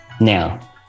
now